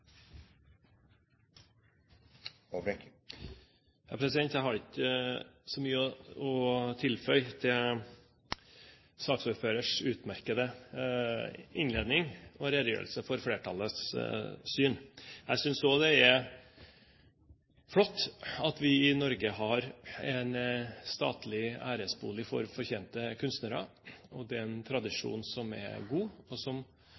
Jeg har ikke så mye å tilføye til saksordførerens utmerkede innledning og redegjørelse for flertallets syn. Jeg synes også det er flott at vi i Norge har en statlig æresbolig for fortjente kunstnere. Det er en tradisjon som er god, og som